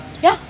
ya